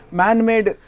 man-made